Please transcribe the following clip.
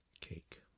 Cake